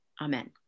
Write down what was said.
Amen